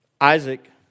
Isaac